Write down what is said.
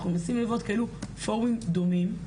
אנחנו מנסים לראות כאלה פורומים דומים.